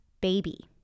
baby